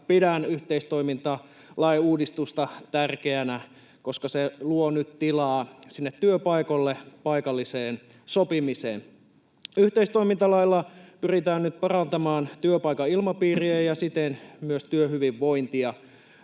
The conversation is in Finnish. Pidän yhteistoimintalain uudistusta tärkeänä, koska se luo nyt tilaa sinne työpaikoille paikalliseen sopimiseen. Yhteistoimintalailla pyritään nyt parantamaan työpaikan ilmapiiriä ja siten myös työhyvinvointia.